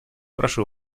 прошу